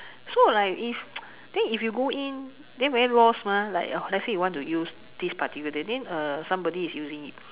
so like if then if you go in then very lost mah like let's say you want to use this particular thing then uh somebody is using it